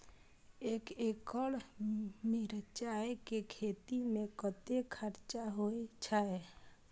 एक एकड़ मिरचाय के खेती में कतेक खर्च होय छै?